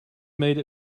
made